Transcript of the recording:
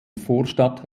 vorstadt